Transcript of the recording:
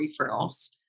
referrals